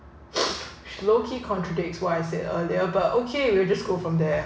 okay contradicts what I said earlier about okay we'll just go from there